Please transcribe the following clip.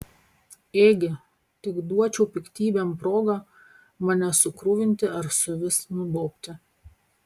ėgi tik duočiau piktybėm progą mane sukruvinti ar suvis nudobti